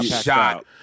shot